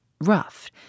rough